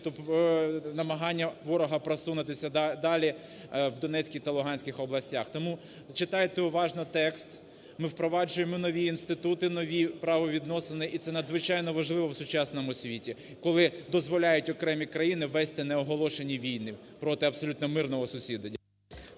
намагання ворога просунутися далі в Донецькій та Луганській областях. Тому читайте уважно текст, ми впроваджуємо нові інститути, нові правовідносини. І це надзвичайно важливо в сучасному світі, коли дозволяють окремі країни вести неоголошені війни проти абсолютно мирного сусіда.